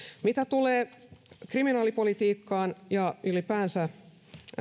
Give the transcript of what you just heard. mitä tulee kriminaalipolitiikkaan ja ylipäänsä